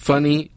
Funny